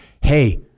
hey